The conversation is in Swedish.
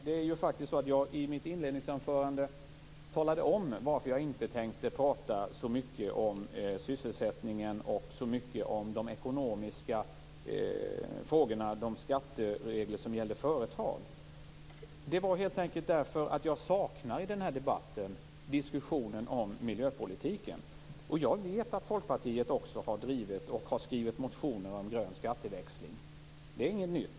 Det var ju faktiskt så att jag i mitt inledningsanförande talade om varför jag inte tänkte prata så mycket om sysselsättningen och de ekonomiska frågorna, om skattereglerna som gäller företag. Det var helt enkelt för att jag i den här debatten saknar diskussionen om miljöpolitiken. Jag vet att Folkpartiet också har drivit, och skrivit motioner om, grön skatteväxling. Det är inget nytt.